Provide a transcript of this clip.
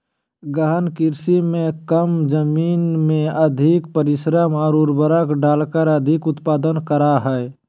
गहन कृषि में कम जमीन में अधिक परिश्रम और उर्वरक डालकर अधिक उत्पादन करा हइ